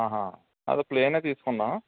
అయితే ప్లేన్ తీసుకుందాం